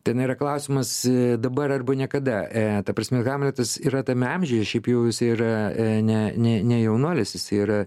ten yra klausimas dabar arba niekada e ta prasme hamletas yra tame amžiuje šiaip jau jisai yra e ne ne ne jaunuolis jisai yra